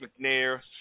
McNair